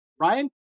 Ryan